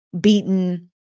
beaten